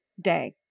Day